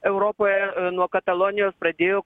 europoje nuo katalonijos pradėjo